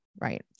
right